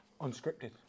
Unscripted